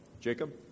Jacob